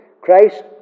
Christ